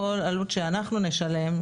כל עלות שאנחנו נשלם,